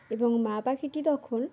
এবং মা পাখিটি তখন